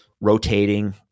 rotating